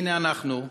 והנה, אנחנו,